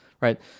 right